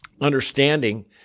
understanding